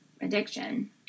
addiction